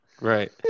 Right